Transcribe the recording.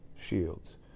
Shields